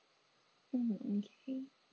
mm okay